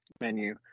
menu